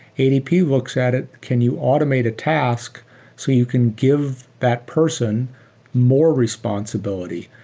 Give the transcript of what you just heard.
adp looks at it, can you automate a task so you can give that person more responsibility.